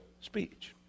speech